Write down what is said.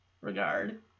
regard